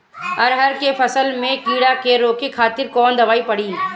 अरहर के फसल में कीड़ा के रोके खातिर कौन दवाई पड़ी?